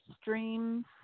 streams